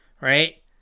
right